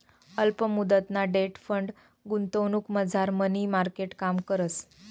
अल्प मुदतना debt fund गुंतवणुकमझार मनी मार्केट काम करस